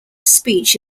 speech